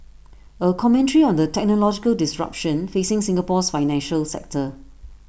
A commentary on the technological disruption facing Singapore's financial sector